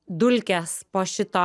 dulkės po šito